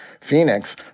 Phoenix